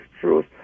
truth